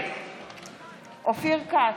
אופיר כץ,